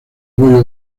bollo